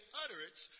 utterance